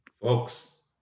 folks